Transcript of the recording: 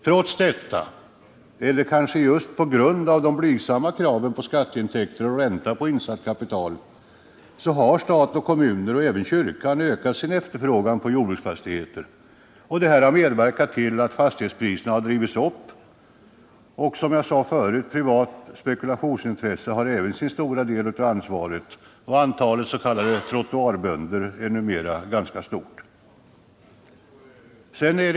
Trots detta — eller kanske just på grund av de blygsamma kraven på skatteintäkter och ränta på insatt kapital — har stat och kommuner och även kyrkan ökat sin efterfrågan på jordbruksfastigheter. Det har medverkat till att fastighetspriserna drivits upp. Privat spekulationsintresse har även sin stora del av ansvaret, och antalet s.k. ”trottoarbönder” är numera ganska stort.